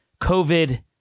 COVID